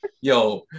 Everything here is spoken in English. Yo